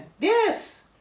Yes